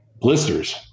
blisters